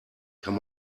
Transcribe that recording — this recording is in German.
kann